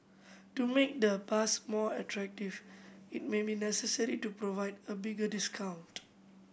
to make the pass more attractive it may be necessary to provide a bigger discount